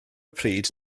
pryd